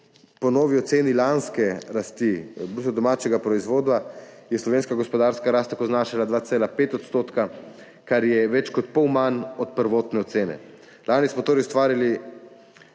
Po novi oceni lanske rasti bruto domačega proizvoda je slovenska gospodarska rast tako znašala 2,5 %, kar je več kot pol manj od prvotne ocene. Lani smo torej ustvarili